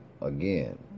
again